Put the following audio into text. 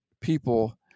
people